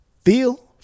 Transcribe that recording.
feel